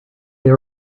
they